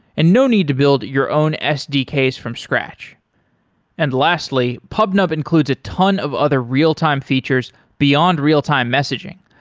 and no need to build your own sdks from scratch and lastly, pubnub includes a ton of other real-time features beyond real-time messaging,